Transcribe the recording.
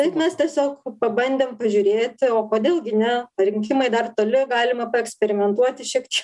taip mes tiesiog pabandėm pažiūrėti o kodėl gi ne rinkimai dar toli galima paeksperimentuoti šiek tiek